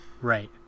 Right